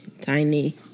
Tiny